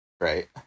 right